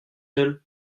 elles